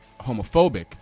homophobic